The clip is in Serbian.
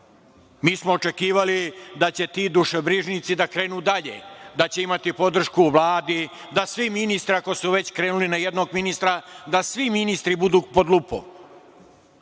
Mi smo očekivali da će ti dušobrižnici da krenu dalje, da će imati podršku Vlade, da svi ministri, ako su već krenuli na jednog ministra, da svi ministri budu pod lupom